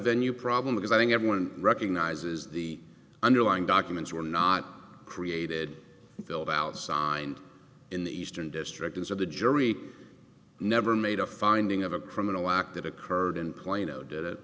venue problem because i think everyone recognizes the underlying documents were not created filled out signed in the eastern district is where the jury never made a finding of a criminal act that occurred in plano did it